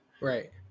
Right